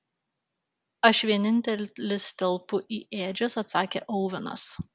aš vienintelis telpu į ėdžias atsakė ovenas